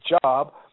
job